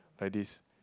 like this